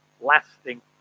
lasting